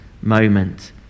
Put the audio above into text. moment